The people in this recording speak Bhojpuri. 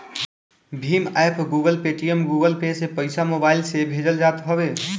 Bhim app, Google, Paytm, Google Pay से पईसा मोबाईल से भेजल जात हवे